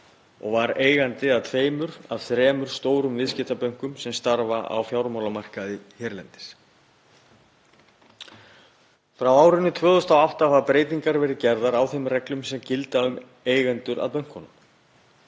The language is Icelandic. og var eigandi að tveimur af þremur stórum viðskiptabönkum sem starfa á fjármálamarkaði hérlendis. Frá árinu 2008 hafa breytingar verið gerðar á þeim reglum sem gilda um eigendur að bönkunum.